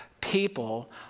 People